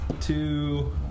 two